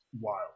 Wild